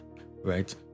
right